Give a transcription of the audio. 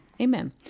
amen